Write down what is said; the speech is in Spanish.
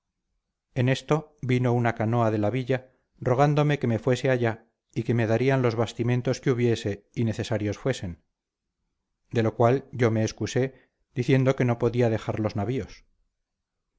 en esto vino una canoa de la villa rogándome que me fuese allá y que me darían los bastimentos que hubiese y necesarios fuesen de lo cual yo me excusé diciendo que no podía dejar los navíos